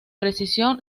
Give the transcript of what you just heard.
precisión